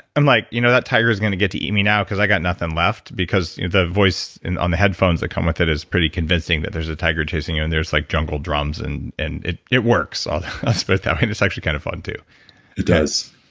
i'm like, you know that tiger is going to get to eat me now because i got nothing left. because the voice on the headphones that come with it is pretty convincing that there's a tiger chasing you and there's like jungle drums and and it it works, i'll just put it that way and it's actually kind of fun too. it does.